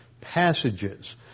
passages